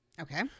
okay